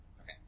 Okay